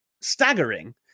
staggering